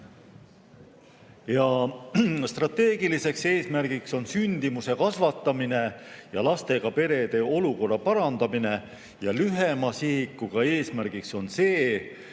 Strateegiline eesmärk on sündimuse kasvatamine ja lastega perede olukorra parandamine. Lühema sihikuga eesmärk on see,